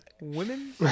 women